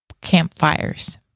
campfires